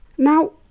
Now